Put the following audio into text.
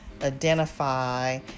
identify